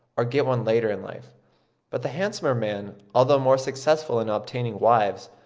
or get one later in life but the handsomer men, although more successful in obtaining wives,